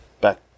back